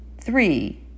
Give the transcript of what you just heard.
Three